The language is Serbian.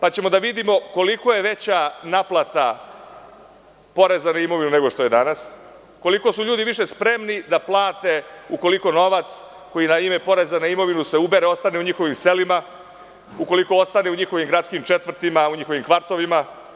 Videćemo koliko je veća naplata poreza na imovinu nego što je danas, koliko su ljudi više spremni da plate ukoliko novac koji je na ime poreza na imovinu se ubere i ostane u njihovim selima, ukoliko ostane u njihovim gradskim četvrtima, u njihovim kvartovima.